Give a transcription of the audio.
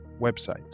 website